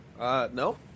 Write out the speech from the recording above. No